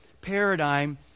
paradigm